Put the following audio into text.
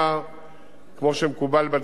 כמו שמקובל בדברים האלה,